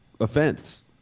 offense